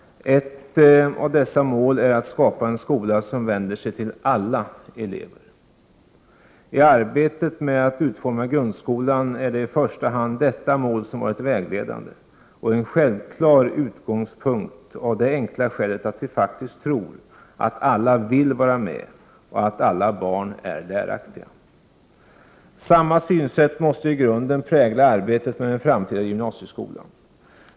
Ett av dessa mål är att skapa en skola som vänder sig till alla elever. I arbetet med att utforma grundskolan är det i första hand detta mål som har varit vägledande och en självklar utgångspunkt, av det enkla skälet att vi faktiskt tror att alla vill vara med och att alla barn är läraktiga. Samma synsätt måste i grunden prägla arbetet med den framtida gymnasieskolan.